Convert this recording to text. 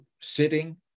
sitting